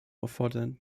auffordern